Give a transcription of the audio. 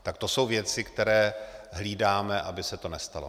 Tak to jsou věci, které hlídáme, aby se to nestalo.